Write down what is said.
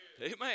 Amen